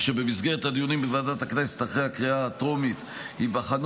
במסגרת הדיונים בוועדת הכנסת אחרי הקריאה הטרומית ייבחנו